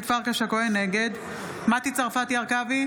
נגד מטי צרפתי הרכבי,